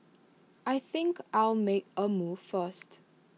I think I'll make A move first